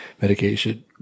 medication